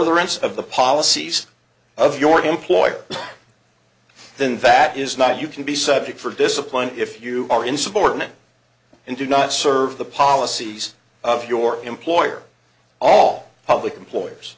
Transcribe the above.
furtherance of the policies of your employer then that is not you can be subject for discipline if you are insubordinate and do not serve the policies of your employer all public employers